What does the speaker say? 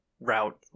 route